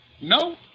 No